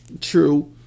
true